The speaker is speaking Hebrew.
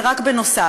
זה רק בנוסף.